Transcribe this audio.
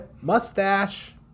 Mustache